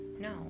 No